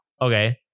okay